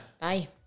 Bye